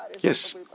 Yes